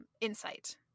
insight